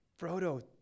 Frodo